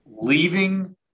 leaving